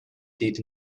did